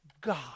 God